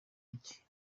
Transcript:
iki